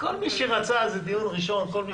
כול מי שרצה לדבר.